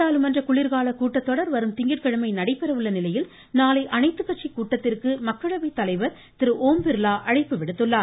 நாடாளுமன்ற குளிர்கால கூட்டத்தொடர் வரும் திங்கட்கிழமை நடைபெற உள்ள நிலையில் நாளை அனைத்து கட்சி கூட்டத்திற்கு மக்களவை தலைவர் திரு ஓம் பிர்லா அழைப்பு விடுத்திருக்கிறார்